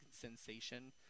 sensation